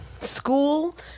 school